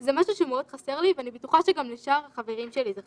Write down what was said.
זה משהו שמאוד חסר לי ואני בטוחה שגם לשאר החברים שלי זה חסר.